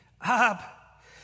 up